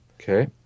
Okay